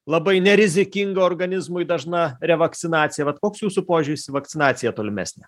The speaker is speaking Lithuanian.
labai nerizikinga organizmui dažna revakcinacija vat koks jūsų požiūris į vakcinaciją tolimesnę